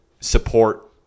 support